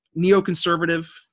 neoconservative